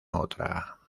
otra